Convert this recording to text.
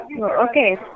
Okay